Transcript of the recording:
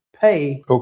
pay